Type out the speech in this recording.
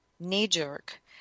knee-jerk